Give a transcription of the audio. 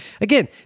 Again